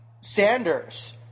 Sanders